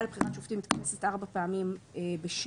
לבחירת שופטים מתכנסת ארבע פעמים בשנה.